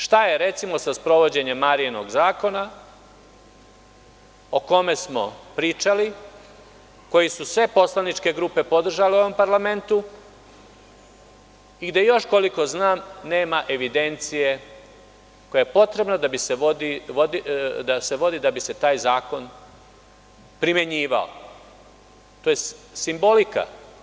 Šta je, recimo, sa sprovođenjem Marijinog zakona, o kome smo pričali, koji su sve poslaničke grupe podržale u ovom parlamentu i gde još, koliko znam, nema evidencije koja se vodi da bi se vodi da bi se taj zakon primenjivao?